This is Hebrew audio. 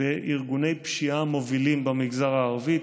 בארגוני פשיעה מובילים במגזר הערבי,